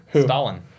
Stalin